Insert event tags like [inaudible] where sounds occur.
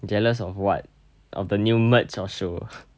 jealous of what of the new merch or show [noise]